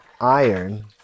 iron